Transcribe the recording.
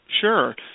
Sure